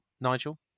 Nigel